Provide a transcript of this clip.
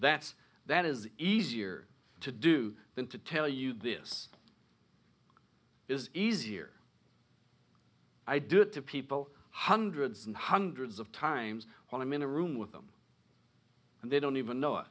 that's that is easier to do than to tell you this is easier i do it to people hundreds and hundreds of times when i'm in a room with them and they don't even know